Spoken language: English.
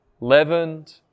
leavened